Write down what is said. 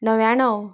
णव्याणव